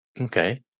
Okay